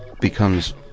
becomes